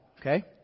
Okay